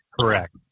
Correct